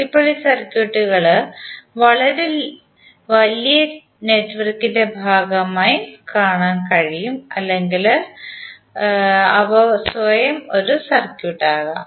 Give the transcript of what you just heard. ഇപ്പോൾ ഈ സർക്യൂട്ടുകൾ വളരെ വലിയ നെറ്റ്വർക്കിന്റെ ഭാഗമായി കാണാൻ കഴിയും അല്ലെങ്കിൽ അവ സ്വയം ഒരു സർക്യൂട്ട് ആകാം